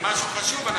זה משהו חשוב.